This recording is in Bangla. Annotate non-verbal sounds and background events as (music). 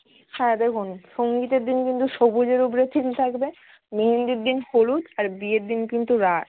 হ্যাঁ দেখুন সংগীতের দিন কিন্তু সবুজের ওপরে থিম থাকবে মেহেন্দির দিন হলুদ আর বিয়ের দিন কিন্তু (unintelligible)